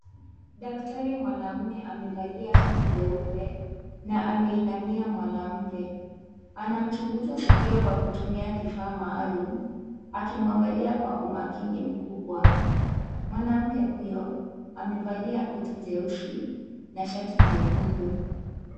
Daktari mwanaume amevalia shati jeupe na amemwinamia mwanamke. Anamchunguza sikio kwa kutumia kifaa maalum, akimwangalia kwa umakini mkubwa. Mwanamke huyo, amevalia koti jeusi na shati jekundu.